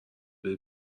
بری